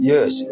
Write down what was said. Yes